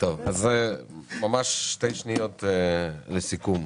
שתי שניות לסיכום.